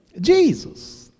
Jesus